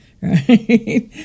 right